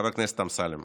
חבר הכנסת אמסלם.